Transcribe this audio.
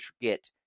get